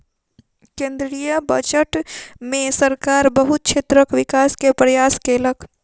केंद्रीय बजट में सरकार बहुत क्षेत्रक विकास के प्रयास केलक